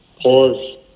pause